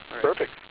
Perfect